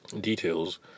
details